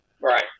Right